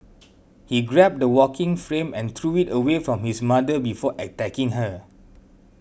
he grabbed the walking frame and threw it away from his mother before attacking her